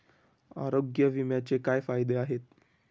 आरोग्य विम्याचे काय फायदे आहेत?